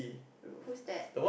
wh~ who's that